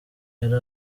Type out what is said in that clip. yari